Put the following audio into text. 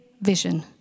vision